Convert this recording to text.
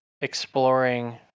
exploring